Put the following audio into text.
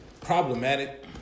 problematic